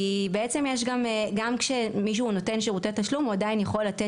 כי בעצם גם כשמישהו נותן שירותי תשלום הוא עדיין יכול לתת